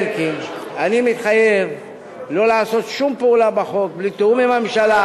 לא לעשות שום פעולה בחוק בלי תיאום עם הממשלה,